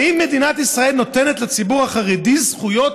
האם מדינת ישראל נותנת לציבור החרדי זכויות